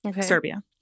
Serbia